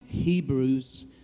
Hebrews